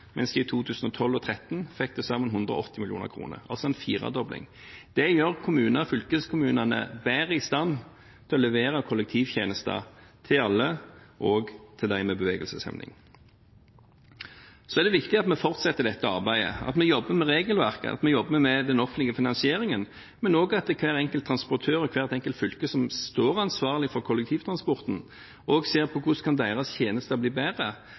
mens en i 2012 og 2013 fikk til sammen 180 mill. kr – altså en firedobling. Det gjør kommunene og fylkeskommunene bedre i stand til å levere kollektivtjenester til alle – også til dem med bevegelseshemning. Det er viktig at vi fortsetter dette arbeidet – at vi jobber med regelverket, at vi jobber med den offentlige finansieringen, men også at hver enkelt transportør og hvert enkelt fylke som står ansvarlig for kollektivtransporten, ser på hvordan deres tjenester kan bli bedre,